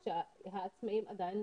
כי זו סוגיה שנוגעת לאלפי נשים.